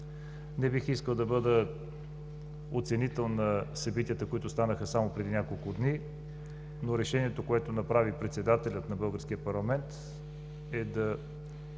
Не бих искал да бъда оценител на събитията, които станаха само преди няколко дни, но решението, което направи председателят на българския парламент да